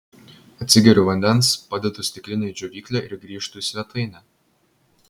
atsigeriu vandens padedu stiklinę į džiovyklę ir grįžtu į svetainę